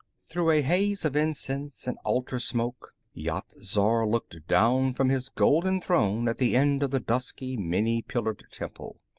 through a haze of incense and altar smoke, yat-zar looked down from his golden throne at the end of the dusky, many-pillared temple.